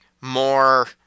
more